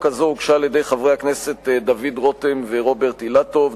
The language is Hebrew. הזאת הוגשה על-ידי חברי הכנסת דוד רותם ורוברט אילטוב,